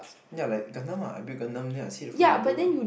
ya like Gundam ah I build Gundam then I see fruits of my labour